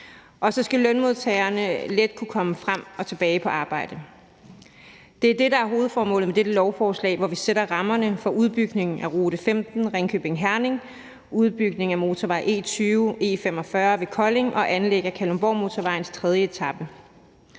og så skal lønmodtagerne let kunne komme frem og tilbage på arbejde. Det er det, der er hovedformålet med dette lovforslag, hvor vi sætter rammerne for udbygningen af rute 15, Ringkøbing-Herning, udbygningen af motorvej E20/E45 ved Kolding og anlægget af Kalundborgmotorvejens tredje etape.